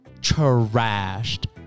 trashed